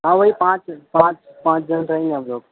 ہاں وہی پانچ پانچ پانچ جنے رہیں گے ہم لوگ